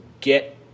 get